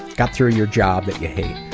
got through your job that you hate.